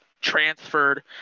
transferred